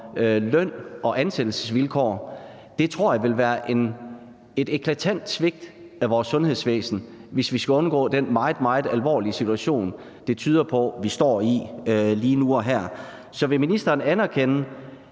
løn- og ansættelsesvilkår tror jeg vil være et eklatant svigt af vores sundhedsvæsen, hvis vi skal undgå den meget, meget alvorlige situation, det tyder på vi står i lige nu og her. Så vil ministeren anerkende,